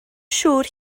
siŵr